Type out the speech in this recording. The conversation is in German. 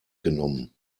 genommen